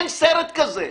אין סרט כזה.